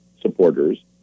supporters